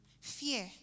Fear